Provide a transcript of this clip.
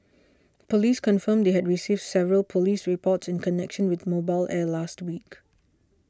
police confirmed they had received several police reports in connection with Mobile Air last week